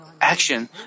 action